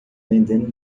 vendendo